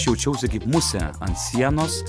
jaučiausi kaip musė ant sienos